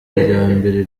mbere